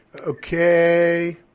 Okay